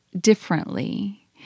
differently